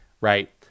right